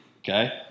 Okay